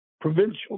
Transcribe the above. provincial